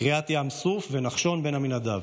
קריעת ים סוף ונחשון בן עמינדב,